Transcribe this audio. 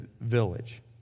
village